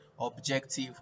objective